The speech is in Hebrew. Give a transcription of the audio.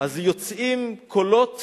אז יוצאים קולות